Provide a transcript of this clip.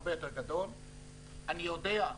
אני יודע,